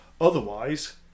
Otherwise